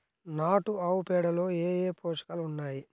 నాటు ఆవుపేడలో ఏ ఏ పోషకాలు ఉన్నాయి?